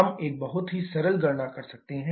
हम एक बहुत ही सरल गणना कर सकते हैं